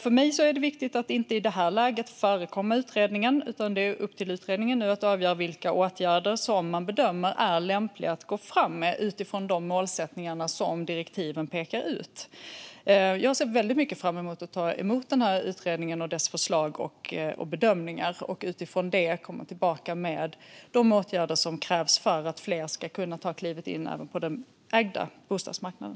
För mig är det viktigt att inte i det här läget förekomma utredningen, utan det är nu upp till utredningen att avgöra vilka åtgärder som man bedömer är lämpliga att gå fram med utifrån de målsättningar som direktiven pekar ut. Jag ser väldigt mycket fram emot att ta emot utredningen med dess förslag och bedömningar och utifrån det komma tillbaka med de åtgärder som krävs för att fler ska kunna ta klivet in även på den ägda bostadsmarknaden.